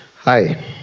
Hi